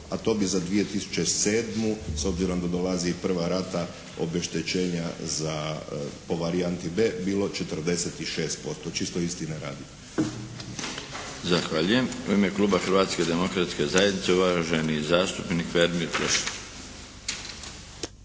a to bi za 2007. s obzirom da dolazi i prva rata obeštećenja za, po varijanti B bilo 46%. Čisto istine radi.